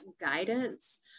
guidance